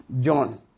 John